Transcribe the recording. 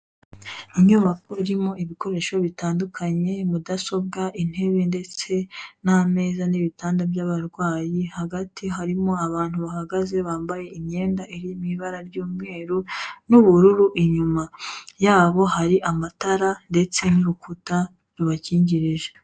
Inyubako irimo ibikoresho bitandukanye, mudasobwa, intebe ndetse n'ameza n'ibitanda by'abarwayi, hagati harimo abantu bahagaze bambaye imyenda iri mu ibara ry'umweru n'ubururu, inyuma yabo hari amatara ndetse n'urukuta rubakingirije.